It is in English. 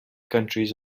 countries